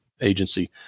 Agency